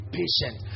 patient